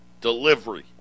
delivery